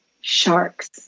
sharks